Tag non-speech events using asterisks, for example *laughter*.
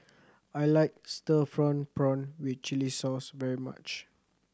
I like stir *unintelligible* prawn with chili sauce very much